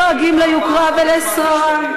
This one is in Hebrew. לא דואגים ליוקרה ולשררה.